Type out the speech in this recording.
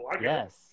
Yes